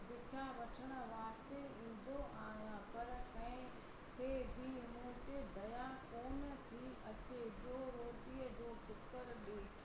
बिख्या वठणु वास्ते ईंदो आहियां पर कंहिं खे बि मूं ते दया कोन थी अचे जो रोटीअ जो टुकड़ ॾिए